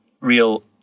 real